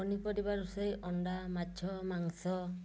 ପନିପରିବା ରୋଷେଇ ଅଣ୍ଡା ମାଛ ମାଂସ